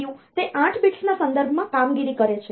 ALU તે 8 bits ના સંદર્ભમાં કામગીરી કરે છે